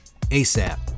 ASAP